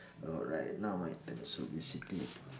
alright now my turn so basically